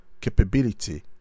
capability